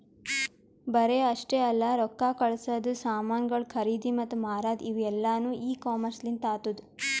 ಬರೇ ಅಷ್ಟೆ ಅಲ್ಲಾ ರೊಕ್ಕಾ ಕಳಸದು, ಸಾಮನುಗೊಳ್ ಖರದಿ ಮತ್ತ ಮಾರದು ಇವು ಎಲ್ಲಾನು ಇ ಕಾಮರ್ಸ್ ಲಿಂತ್ ಆತ್ತುದ